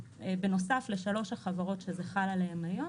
בנוסף לשלוש החברות שזה חל עליהן היום,